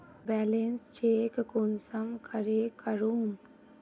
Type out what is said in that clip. Balance check कुंसम करे करूम?